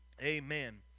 Amen